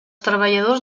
treballadors